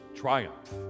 triumph